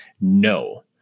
No